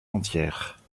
entière